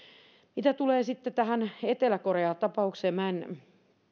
mitä tulee sitten tähän etelä korea tapaukseen minä en